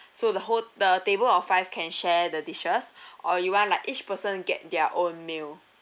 so the whole the table of five can share the dishes or you want like each person get their own meal